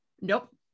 nope